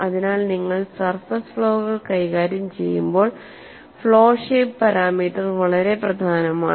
അതിനാൽ നിങ്ങൾ സർഫസ് ഫ്ലോകൾ കൈകാര്യം ചെയ്യുമ്പോൾ ഫ്ലോ ഷേപ്പ് പാരാമീറ്റർ വളരെ പ്രധാനമാണ്